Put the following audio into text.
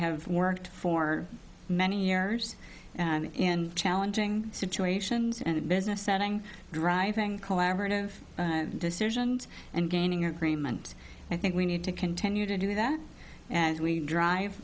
have worked for many years and challenging situations and in business setting driving collaborative decisions and gaining agreement i think we need to continue to do that as we drive